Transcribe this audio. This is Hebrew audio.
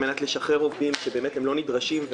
על מנת לשחרר עובדים שלא נדרשים.